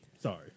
Sorry